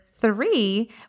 three